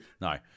No